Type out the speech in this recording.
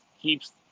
keeps